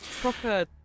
proper